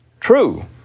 true